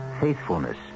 faithfulness